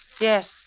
Yes